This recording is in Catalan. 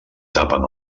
tapen